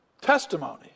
testimony